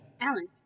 Alan